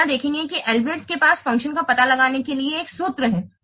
अब क्या देखेंगे कि अल्ब्रेक्ट के पास फ़ंक्शन का पता लगाने के लिए एक सूत्र है